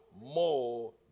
more